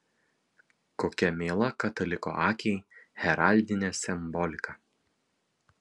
kokia miela kataliko akiai heraldinė simbolika